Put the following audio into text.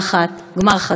גמר חתימה טובה.